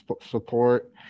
support